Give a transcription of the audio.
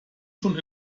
schon